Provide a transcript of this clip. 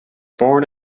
born